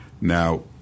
Now